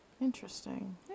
Interesting